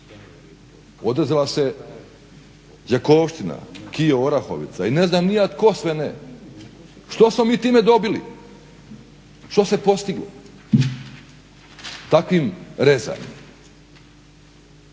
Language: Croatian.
odrezala se Đakovština, KIO Orahovica i ne znam ni ja tko sve ne. Što smo mi time dobili, što se postiglo takvim rezanjem.